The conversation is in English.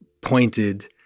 pointed